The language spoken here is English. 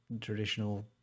traditional